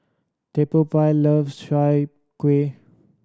Theophile loves Chai Kueh